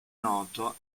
noto